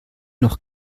noch